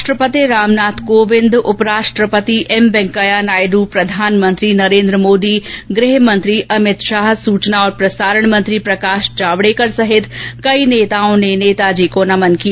राष्ट्रपति रामनाथ कोविंद उप राष्ट्रपति एम वेंकैया नायडु प्रधानमंत्री नरेन्द्र मोदी गृह मंत्री अभित शाह सूचना और प्रसारण मंत्री प्रकाश जावडेकर सहित कई नेताओं ने नेताजी को नमन किया